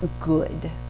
good